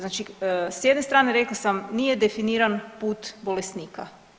Znači s jedne strane rekla sam nije definiran put bolesnika.